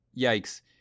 yikes